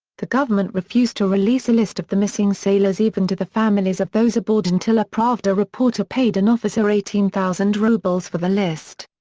the government refused to release a list of the missing sailors even to the families of those aboard until a pravda reporter paid an officer eighteen thousand rubles for the list.